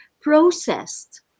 processed